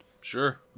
Sure